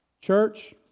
Church